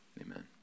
Amen